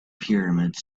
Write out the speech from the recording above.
pyramids